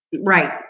Right